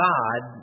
God